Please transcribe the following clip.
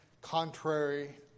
contrary